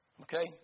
Okay